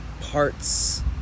parts